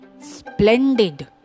Splendid